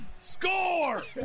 score